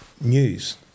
news